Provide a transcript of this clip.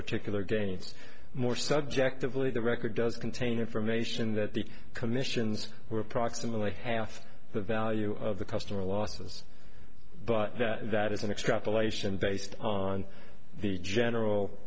particular against more subjectively the record does contain information that the commissions were approximately half the value of the customer losses but that that is an extrapolation based on the general